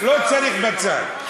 לא צריך בצד.